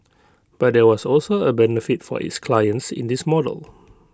but there was also A benefit for its clients in this model